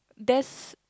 there's